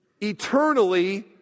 eternally